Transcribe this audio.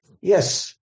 Yes